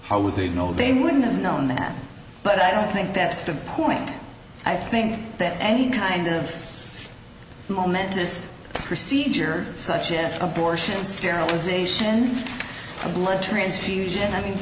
how would they know they wouldn't have known that but i don't think that's the point i think that any kind of momentous procedure such as abortion sterilization a blood transfusion i mean